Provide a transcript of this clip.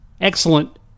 excellent